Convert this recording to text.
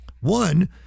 One